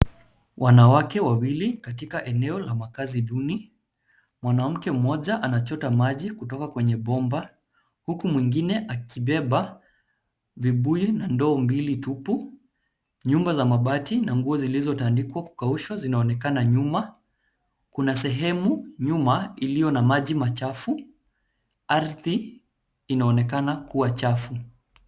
Wanawake wawili katika eneo la makazi duni. Mwanamke mmoja anachota maji kutoka kwenye bomba huku mwingine akibeba vibuyu na ndoo mbili tupu. Nyumba za mabati na nguo zilizotandikwa kukaushwa zinaonekana nyuma. Kuna sehemu nyuma iliyo na maji machafu. Ardhi inaonekana kuwa chafu.